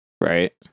right